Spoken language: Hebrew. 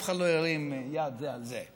אף אחד לא ירים יד על האחר.